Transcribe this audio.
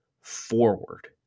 forward